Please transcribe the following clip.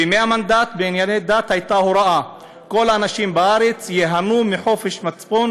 בימי המנדט הייתה הוראה בענייני דת: כל האנשים בארץ ייהנו מחופש מצפון